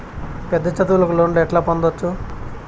పెద్ద చదువులకు లోను ఎట్లా పొందొచ్చు